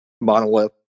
monolith